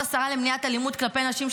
אות השרה למניעת אלימות כלפי נשים,